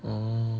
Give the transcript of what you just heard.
orh